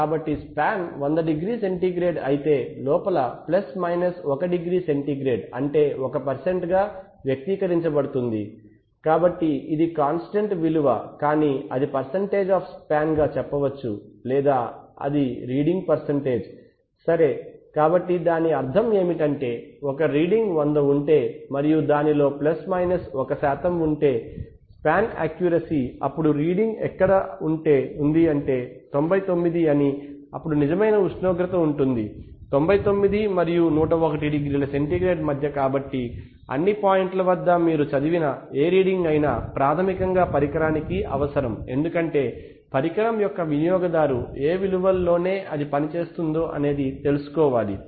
కాబట్టి span 100 degree centigrade అయితే లోపం ప్లస్ మైనస్ 1 డిగ్రీ సెంటీగ్రేడ్ అంటే 1 గా వ్యక్తీకరించబడుతుంది కాబట్టి ఇది కాంస్టంట్ విలువ గాని అది పర్సెంటేజ్ ఆఫ్ స్పాన్ గా చెప్పవచ్చు లేదా అది రీడింగ్ పర్సెంటేజ్ సరే కాబట్టి దాని అర్థం ఏమిటంటే ఒక రీడింగ్ 100 ఉంటే మరియు దానిలో ప్లస్ మైనస్ 1 శాతం ఉంటే స్పాన్ యాక్యురసీ అప్పుడు రీడింగ్ ఎక్కడ ఉంది అంటే 99 అని అప్పుడు నిజమైన ఉష్ణోగ్రత ఉంటుంది 99 మరియు 101 డిగ్రీల సెంటీగ్రేడ్ మధ్య కాబట్టి అన్ని పాయింట్ల వద్ద మీరు చదివిన ఏ రీడింగ్ అయినా ప్రాథమికంగా పరికరానికి అవసరం ఎందుకంటే పరికరం యొక్క వినియోగదారు ఏ విలువల్లోనే అది పనిచేస్తుందో తెలుసుకోవాలి